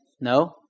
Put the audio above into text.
No